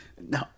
no